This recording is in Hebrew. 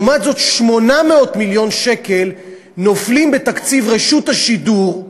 לעומת זאת 800 מיליון שקל נופלים בתקציב רשות השידור,